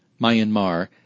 Myanmar